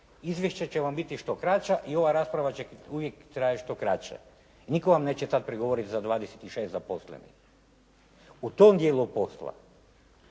izvješća će vam biti što kraća i ova rasprava će biti što kraća i nitko vam neće tada prigovoriti za 26 zaposlenih. U tom djelu posla,